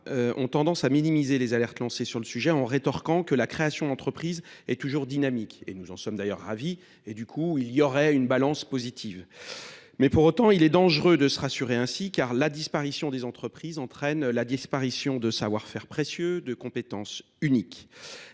ont tendance à minimiser les alertes lancées sur le sujet en rétorquant que la création d'entreprises est toujours dynamique. Et nous en sommes d'ailleurs ravis et du coup il y aurait une balance positive. Mais pour autant, il est dangereux de se rassurer ainsi car la disparition des entreprises entraîne la disparition de savoir-faire précieux, de compétences uniques.